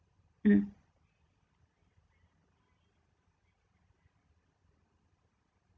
mm